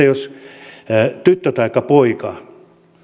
jos tyttö taikka poika